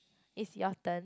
is your turn